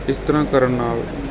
ਇਸ ਤਰ੍ਹਾਂ ਕਰਨ ਨਾਲ